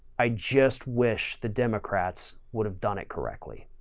i just wish the democrats would have done it correctly.